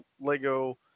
Lego